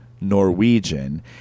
Norwegian